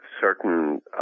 certain